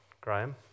Graham